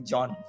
John